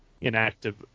inactive